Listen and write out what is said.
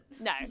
No